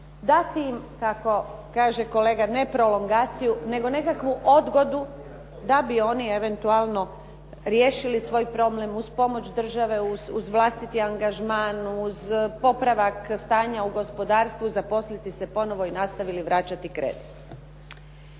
dati im kako kaže kolega ne prolongaciju nego nekakvu odgodu da bi oni eventualno riješili svoj problem uz pomoć države uz vlastiti angažman uz popravak stanja u gospodarstvu zaposliti se ponovo i nastavili vraćati kredit.